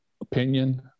opinion